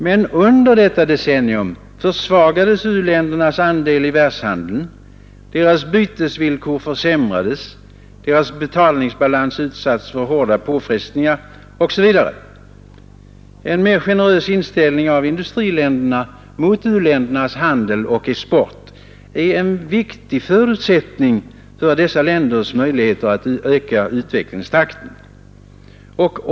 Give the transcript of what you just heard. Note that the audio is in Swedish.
Men under detta decennium försvagades u-ländernas andel i världshandeln. Deras bytesvillkor försämrades, deras betalningsbalans utsattes för hårda påfrestningar osv. En mer generös inställning hos industriländerna till u-ländernas handel och export är en viktig förutsättning för dessa länders möjligheter att öka utvecklingstakten.